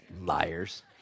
Liars